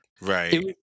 Right